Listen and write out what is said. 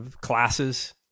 classes